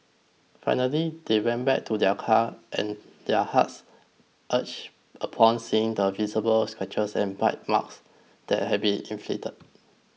finally they went back to their car and their hearts ached upon seeing the visible scratches and bite marks that had been inflicted